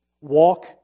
Walk